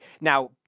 Now